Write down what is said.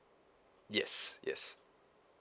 yes yes